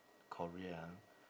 korea ah